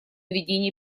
ведение